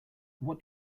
what